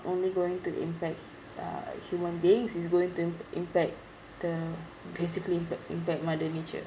only going to impact uh human beings it's going to im~ impact the basically impact impact mother nature